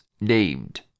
named